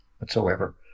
whatsoever